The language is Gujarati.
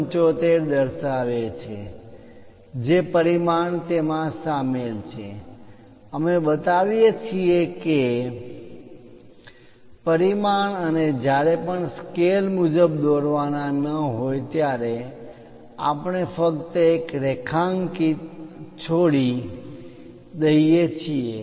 75 દર્શાવે છે જે પરિમાણ તેમાં શામેલ છે અમે બતાવીએ છીએ કે પરિમાણ અને જ્યારે પણ સ્કેલ મુજબ દોરવાના ન હોય ત્યારે આપણે ફક્ત એક રેખાંકિત છોડી દઈએ છીએ